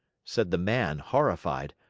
said the man, horrified,